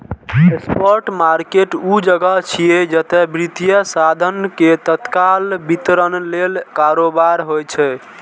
spot market ऊ जगह छियै, जतय वित्तीय साधन के तत्काल वितरण लेल कारोबार होइ छै